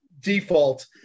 default